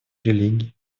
религий